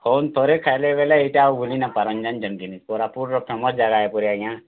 କହୁନ୍ ଥରେ ଖାଏଲେ ବେଲେ ଇ'ଟା ଆଉ ଭୁଲି ନାଇଁପାରନ୍ ଜାନିଛନ୍ କି'ନି କୋରାପୁଟ୍ ର ଫେମସ୍ ଜାଗା ଆଏ ପରେ ଆଜ୍ଞା